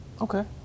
Okay